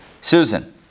Susan